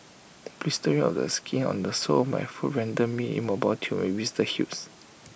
blistering of the skin on the sole of my feet render me immobile till the blisters heals